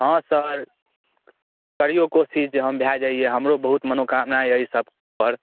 हँ सर करिऔ कोशिश जे हम भए जइयै हमरो बहुत मनोकामना अइसब पर